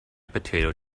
potato